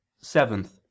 Seventh